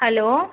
hello